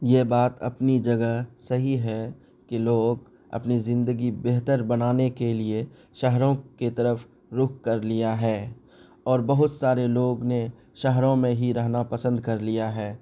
یہ بات اپنی جگہ صحیح ہے کہ لوگ اپنی زندگی بہتر بنانے کے لیے شہروں کی طرف رخ کر لیا ہے اور بہت سارے لوگ نے شہروں میں ہی رہنا پسند کر لیا ہے